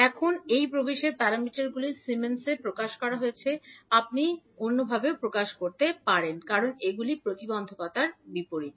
এখন এই প্রবেশের প্যারামিটারগুলি সিমেন্সে প্রকাশ করা হয়েছে আপনি mhos প্রকাশও বলতে পারেন কারণ এগুলি প্রতিবন্ধিতার বিপরীত